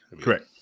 correct